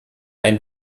ein